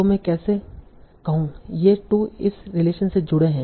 तो मैं कैसे कहूँ ये 2 इस रिलेशन से जुड़े हैं